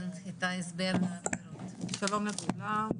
כן, את ההסבר ה- -- שלום לכולם.